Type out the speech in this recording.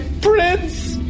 prince